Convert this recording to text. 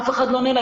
אף אחד לא עונה לה.